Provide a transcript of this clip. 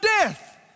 death